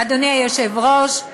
אדוני היושב-ראש,